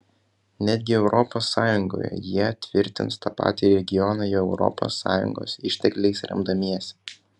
netgi europos sąjungoje jie tvirtins tą patį regioną jau europos sąjungos ištekliais remdamiesi